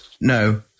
No